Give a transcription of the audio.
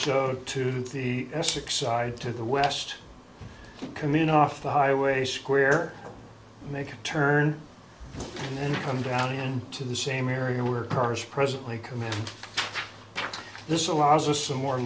so to the essex side to the west commune off the highway square make a turn and then come down again to the same area where cars presently come in this allows us some more